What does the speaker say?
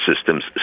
systems